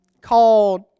called